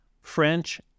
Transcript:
French